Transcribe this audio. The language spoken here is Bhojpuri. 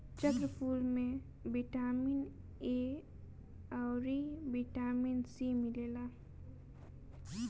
चक्रफूल में बिटामिन ए अउरी बिटामिन सी मिलेला